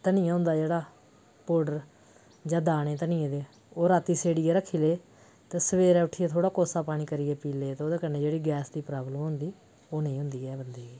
धनिया होंदा जेह्ड़ा पाउड़र जा दाने धनिये दे ओह् रातीं सेड़ियै रक्खी ले ते सबेरे उट्ठियै थोह्ड़ा कोसा पानी करियै पी लेआ ते ओह्दे कन्नै जेह्ड़ी गैस दी प्राब्लम होंदी ओह् नेईं होंदी ऐ बंदे गी